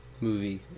movie